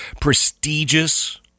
prestigious